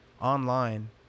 online